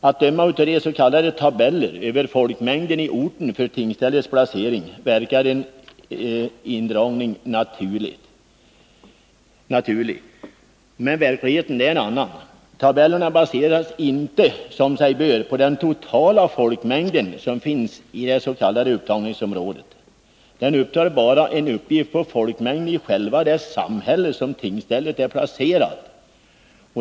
Att döma av de s.k. tabeller över folkmängden i orten för tingsställets placering verkar en indragning naturlig. Men verkligheten är en annan. Tabellerna baseras inte som sig bör på den totala folkmängd som finns i det s.k. upptagningsområdet. De upptar bara en uppgift om folkmängden i själva det samhälle där tingsstället är placerat.